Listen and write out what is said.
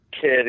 kid